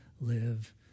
live